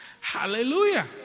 Hallelujah